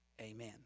Amen